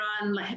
on